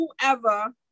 whoever